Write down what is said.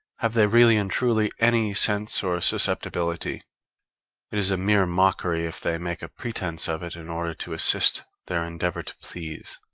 have they really and truly any sense or susceptibility it is a mere mockery if they make a pretence of it in order to assist their endeavor to please.